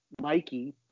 Mikey